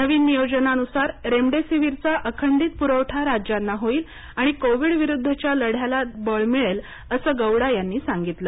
नवीन नियोजनानुसार रेमडेसीवीरचा अखंडित पुरवठा राज्यांना होईल आणि कोविडविरुद्धच्या लढ्याला बळ मिळेल असं गौडा यांनी सांगितलं